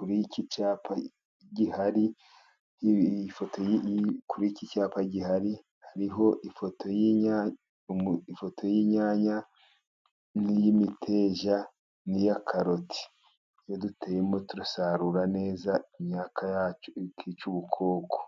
kuri iki cyapa gihari, iyi foto kuri iki cyapa gihari hariho ifoto y'inyanya, n'iy'imiteja, n'iya karoti, iyo duteyemo turasarura neza, imyaka yacu ikica ubukoko.